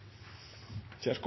vi har